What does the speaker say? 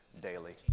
daily